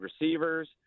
receivers